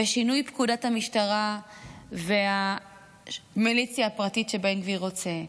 ושינוי פקודת המשטרה והמיליציה הפרטית שבן גביר רוצה,